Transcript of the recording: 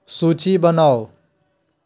सूची बनाउ